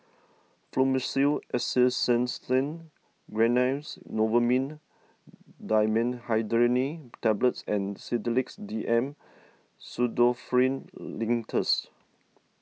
Fluimucil Acetylcysteine Ran Lance Novomin Dimenhydrinate Tablets and Sedilix D M Pseudoephrine Linctus